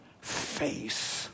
face